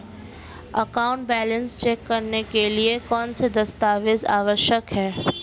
Account balance check करने के लिए कौनसे दस्तावेज़ आवश्यक हैं?